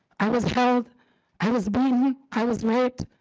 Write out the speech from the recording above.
i was held i was beaten i was raped